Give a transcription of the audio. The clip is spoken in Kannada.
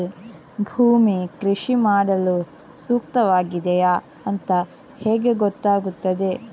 ಭೂಮಿ ಕೃಷಿ ಮಾಡಲು ಸೂಕ್ತವಾಗಿದೆಯಾ ಅಂತ ಹೇಗೆ ಗೊತ್ತಾಗುತ್ತದೆ?